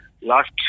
last